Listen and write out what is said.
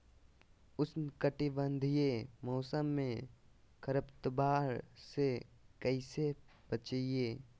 उष्णकटिबंधीय मौसम में खरपतवार से कैसे बचिये?